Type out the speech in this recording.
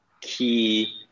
key